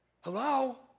Hello